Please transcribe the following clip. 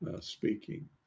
speaking